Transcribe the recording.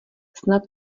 snad